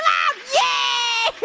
yeah!